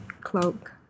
cloak